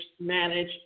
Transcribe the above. manage